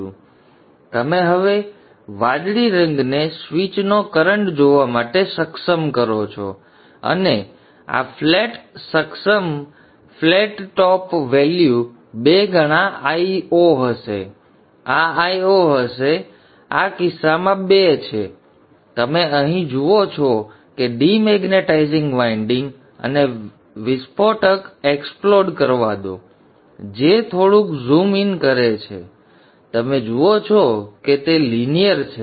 તેથી તમે હવે વાદળી રંગને સ્વિચનો કરન્ટ જોવા માટે સક્ષમ છો અને આ ફ્લેટ સમકક્ષ ફ્લેટ ટોપ વેલ્યુ બે ગણા Io હશે આ Io હશે આ io હશે આ કિસ્સામાં 2 છે અને તમે અહીં જુઓ છો કે ડિમેગ્નેટાઇઝિંગ વાઇન્ડિંગ મને વિસ્ફોટ એક્સપ્લોડ કરવા દો જે થોડુંક ઝૂમ ઇન કરે છે અને તમે જુઓ છો કે તે લિનિયર છે